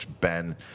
Ben